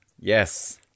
Yes